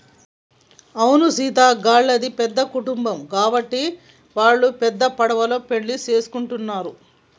అవును సీత గళ్ళది పెద్ద కుటుంబం గాబట్టి వాల్లు పెద్ద పడవలో పెండ్లి సేసుకుంటున్నరు